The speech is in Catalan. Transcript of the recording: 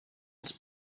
els